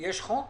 יש חוק?